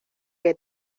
que